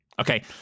okay